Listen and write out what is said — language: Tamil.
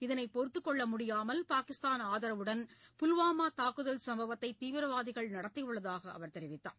இதனை பொறுத்துக் கொள்ள முடியாமல் பாகிஸ்தான் ஆதரவுடன் புல்வாமா தாக்குதல் சும்பவத்தை தீவிரவாதிகள் நடத்தியுள்ளதாக அவர் தெரிவித்தார்